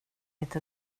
inte